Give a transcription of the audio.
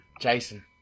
Jason